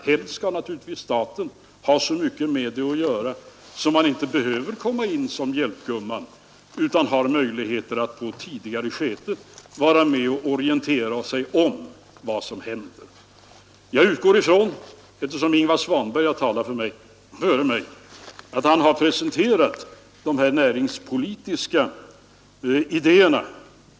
Helst skall staten naturligtvis ha så mycket med det att göra, att staten inte behöver rycka in som hjälpgumma utan har möjlighet att i ett tidigare skede vara med och orientera sig om vad som händer. Ingvar Svanberg har talat före mig, och jag utgår ifrån att han har presenterat de här näringspolitiska idéerna.